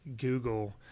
Google